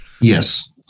Yes